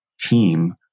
team